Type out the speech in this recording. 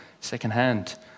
secondhand